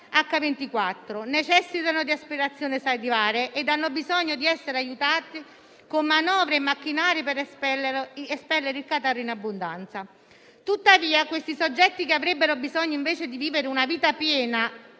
H24, necessitano di aspirazione salivare e hanno bisogno di essere aiutati con manovre e macchinari per espellere il catarro in abbondanza. Tuttavia questi soggetti, che avrebbero bisogno invece di vivere una vita piena,